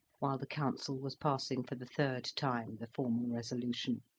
while the council was passing for the third time the formal resolution.